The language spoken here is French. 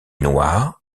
noir